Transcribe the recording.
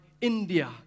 India